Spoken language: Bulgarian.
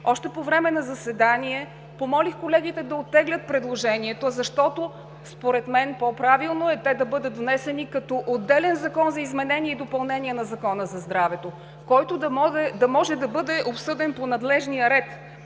Още по време на заседание помолих колегите да оттеглят предложенията, защото според мен по-правилно е те да бъдат внесени като отделен Закон за изменение и допълнение на Закона за здравето, който да може да бъде обсъден по надлежния ред.